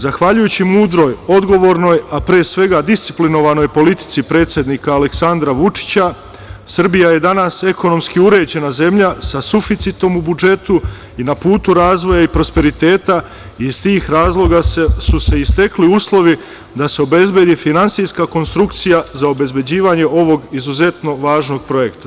Zahvaljujući mudroj, odgovornoj, a pre svega disciplinovanoj politici predsednika Aleksandra Vučića Srbija je danas ekonomski uređena zemlja sa suficitom u budžetu i na putu razvoja i prosperiteta i iz tih razloga su se stekli uslovi da se obezbedi finansijska konstrukcija za obezbeđivanje ovog izuzetno važnog projekta.